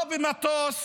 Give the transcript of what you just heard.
לא במטוס